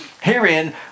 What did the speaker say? Herein